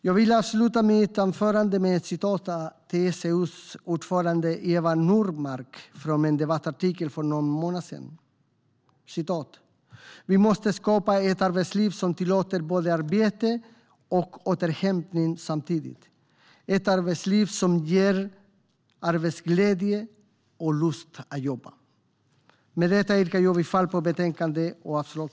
Jag vill avsluta mitt anförande med ett citat av TCO:s ordförande Eva Nordmark från en debattartikel för någon månad sedan: "Vi måste skapa ett arbetsliv som tillåter både arbete och återhämtning samtidigt, ett arbetsliv som ger arbetsglädje och lust att jobba." Med detta yrkar jag bifall till utskottets förslag.